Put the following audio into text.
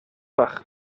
байх